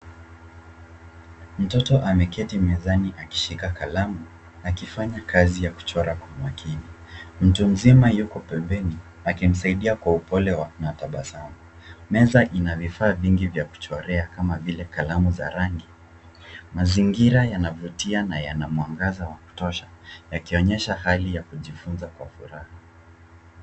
Mtoto ameketi mezani akishika kalamu akifanya kazi ya kuchora kwa makini. Mtu mzima yuko pembeni akimsaidia kwa upole na tabasamu. Meza ina vifaa vingi vya kuchorea kama vile kalamu za rangi. Mazingira yanavutia na yana mwangaza wa kutosha yakionyesha hali ya kujifunza kwa furaha.